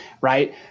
right